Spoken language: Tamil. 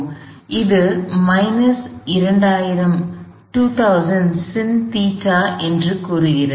எனவே இது மைனஸ் 2000 Sin ϴ என்று கூறுகிறது